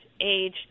age